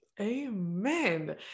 Amen